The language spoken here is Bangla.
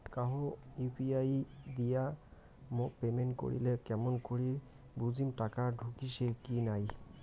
কাহো ইউ.পি.আই দিয়া মোক পেমেন্ট করিলে কেমন করি বুঝিম টাকা ঢুকিসে কি নাই?